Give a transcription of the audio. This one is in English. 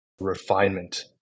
refinement